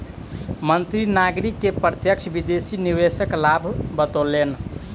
मंत्री नागरिक के प्रत्यक्ष विदेशी निवेशक लाभ बतौलैन